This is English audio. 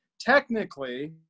technically